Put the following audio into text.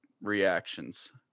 reactions